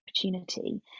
opportunity